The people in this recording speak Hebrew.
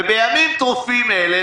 ובימים טרופים אלה,